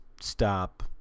stop